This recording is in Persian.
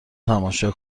تماشا